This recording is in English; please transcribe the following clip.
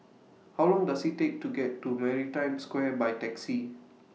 How Long Does IT Take to get to Maritime Square By Taxi